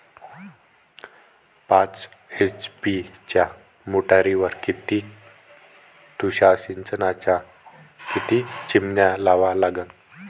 पाच एच.पी च्या मोटारीवर किती तुषार सिंचनाच्या किती चिमन्या लावा लागन?